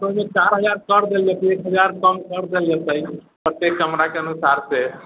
ओहिमे चारि हजार करि देल जेतै एक हजार कम करि देल जेतै कतेक कमराके अनुसारसँ